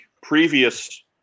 previous